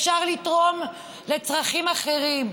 אפשר לתרום לצרכים אחרים,